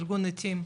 ארגון "עתים".